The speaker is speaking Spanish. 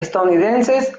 estadounidenses